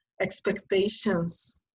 expectations